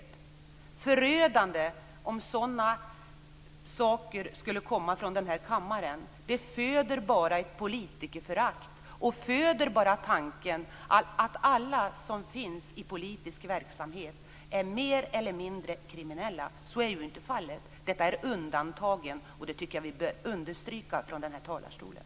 Det är förödande om sådana saker skulle komma från den här kammaren. Det föder bara ett politikerförakt. Det föder bara tanken att alla som finns i politisk verksamhet är mer eller mindre kriminella. Så är ju inte fallet. Detta är undantagen, och det tycker jag att vi bör understryka från den här talarstolen.